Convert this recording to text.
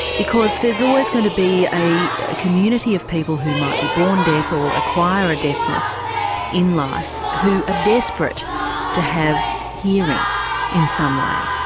because there's always going to be a community of people who might be born deaf or acquire a deafness in life who are desperate to have hearing in some way.